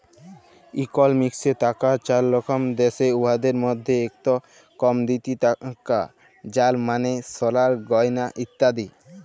ইকলমিক্সে টাকার চার রকম দ্যাশে, উয়াদের মইধ্যে ইকট কমডিটি টাকা যার মালে সলার গয়লা ইত্যাদি